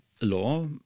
law